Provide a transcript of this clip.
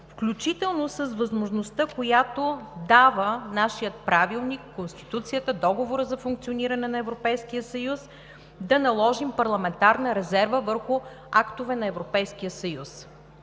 включително с възможността, която дават нашият Правилник, Конституцията, Договорът за функциониране на Европейския съюз да наложим парламентарна резерва върху актове на Европейския съюз.